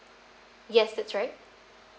yes that's right